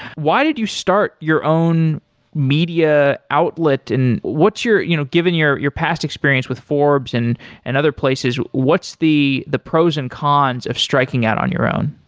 why did you start your own media outlet and what's your you know given your your past experience with forbes and and other places, what's the the pros and cons of striking out on your own?